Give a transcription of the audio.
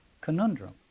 conundrum